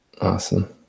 Awesome